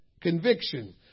Conviction